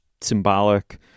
symbolic